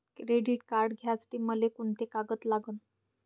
Credit card घ्यासाठी मले कोंते कागद लागन?